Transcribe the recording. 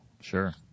sure